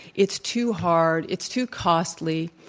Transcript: it's too hard, it's too costly,